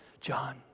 John